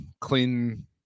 clean